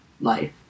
life